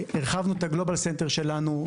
הרחבנו את הגלובל סנטר שלנו.